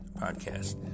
Podcast